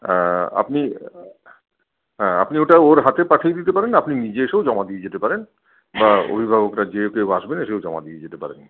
আপনি হ্যাঁ আপনি ওটা ওর হাতে পাঠিয়ে দিতে পারেন আপনি নিজে এসেও জমা দিয়ে যেতে পারেন বা অভিভাবকরা যে কেউ আসবে এসে জমা দিয়ে যেতে পারেন